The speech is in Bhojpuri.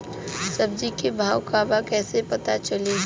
सब्जी के भाव का बा कैसे पता चली?